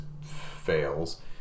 fails